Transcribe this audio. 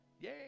Yay